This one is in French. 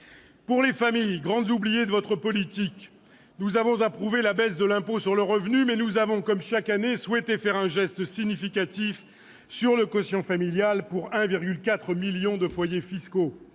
Pour les familles, grandes oubliées de votre politique, nous avons approuvé la baisse de l'impôt sur le revenu, mais nous avons, comme chaque année, souhaité faire un geste significatif en faveur du quotient familial pour 1,4 million de foyers fiscaux.